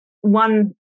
one